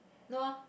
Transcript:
no ah